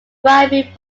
thriving